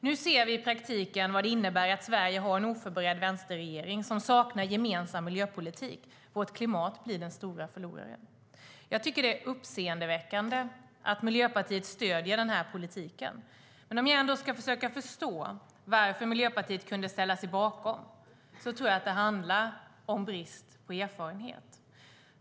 Nu ser vi i praktiken vad det innebär att Sverige har en oförberedd vänsterregering som saknar gemensam miljöpolitik, och vårt klimat blir den stora förloraren. Jag tycker att det är uppseendeväckande att Miljöpartiet stöder den här politiken. Men om jag ändå ska försöka förstå varför Miljöpartiet kunde ställa sig bakom denna politik tror jag att det handlar om brist på erfarenhet.